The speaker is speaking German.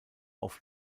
auf